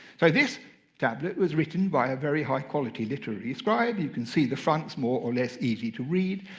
so this tablet was written by a very high-quality literary scribe. you can see the front is more or less easy to read.